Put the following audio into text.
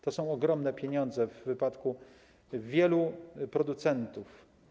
To są ogromne pieniądze w wypadku wielu producentów.